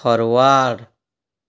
forward